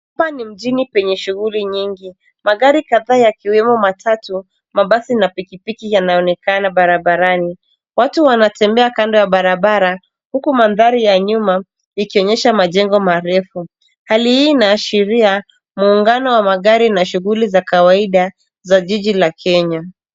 Hapa ni mjini penye shughuli nyingi. Magari kadhaa yakiwemo matatu, mabasi na pikipiki yanaonekana barabarani. Watu wanatembea kando ya barabara huku mandhari ya nyuma ikionyesha majengo marefu. Hali hii inaashiria muungano wa magari na shughuli za kawaida za jiji la Kenya.